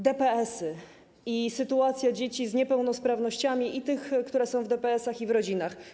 DPS-y i sytuacja dzieci z niepełnosprawnościami, tych, które są w DPS-ach i w rodzinach.